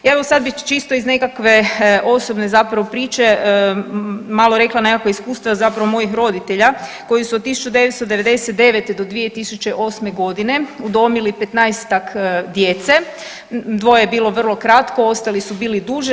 Evo sad bih čisto iz nekakve osobne zapravo priče malo rekla nekakva iskustva zapravo mojih roditelja koji su od 1999.-2008.g. udomili 15-ak djece, dvoje je bilo vrlo kratko ostali su bili duže.